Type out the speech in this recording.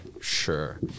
sure